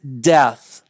death